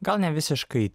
gal nevisiškai